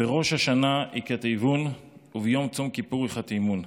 "בראש השנה יכתבון וביום צום כיפור יחתמון,